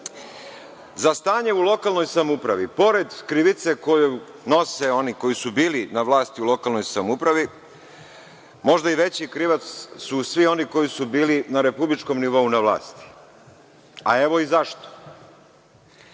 stanje u lokalnoj samoupravi, pored krivice koju nose oni koji su bili na vlasti u lokalnoj samoupravi, možda i veći krivac su svi oni koji su bili na republičkom nivou na vlasti, a evo i zašto.